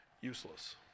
useless